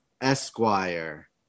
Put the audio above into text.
Esquire